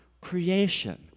creation